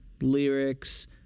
lyrics